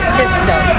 system